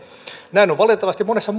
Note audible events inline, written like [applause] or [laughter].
näin on valitettavasti monessa [unintelligible]